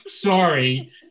sorry